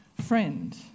friend